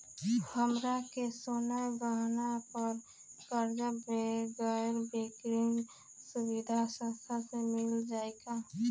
हमरा के सोना गहना पर कर्जा गैर बैंकिंग सुविधा संस्था से मिल जाई का?